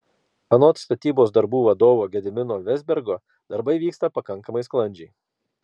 anot statybos darbų vadovo gedimino vezbergo darbai vyksta pakankamai sklandžiai